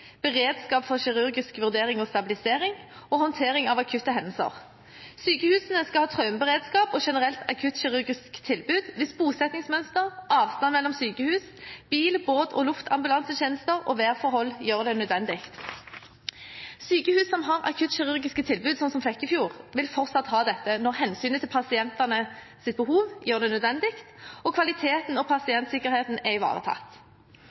beredskap for kirurgisk vurdering og stabilisering og håndtering av akutte hendelser. Sykehusene skal ha traumeberedskap og generelt akuttkirurgisk tilbud hvis bosettingsmønster, avstand mellom sykehus, bil-, båt- og luftambulansetjenester og værforhold gjør det nødvendig. Sykehus som har akuttkirurgiske tilbud, slik som Flekkefjord, vil fortsatt ha dette når hensynet til pasientenes behov gjør det nødvendig, og kvaliteten og pasientsikkerheten er ivaretatt.